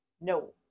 No